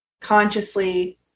consciously